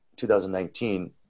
2019